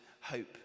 hope